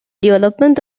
development